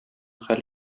хәл